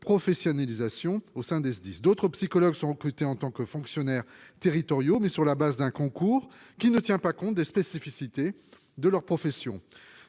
professionnalisation au sein des SDIS d'autres psychologues sont côtés en tant que fonctionnaires territoriaux, mais sur la base d'un concours qui ne tient pas compte des spécificités de leur profession.